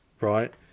Right